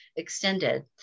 extended